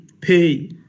pay